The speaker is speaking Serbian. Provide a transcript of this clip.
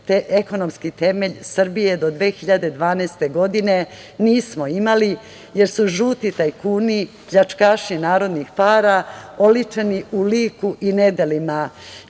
ekonomski temelj Srbije do 2012. godine nismo imali jer su žuti tajkuni, pljačkaši narodnih para, oličeni u liku i nedelima